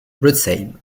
blotzheim